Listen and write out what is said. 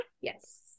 Yes